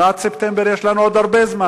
אבל עד ספטמבר יש לנו עוד הרבה זמן,